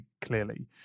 clearly